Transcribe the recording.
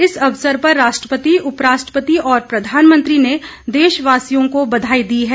इस अवसर पर राष्ट्रपति उपराष्ट्रपति और प्रधानमंत्री ने देशवासियों को बधाई दी है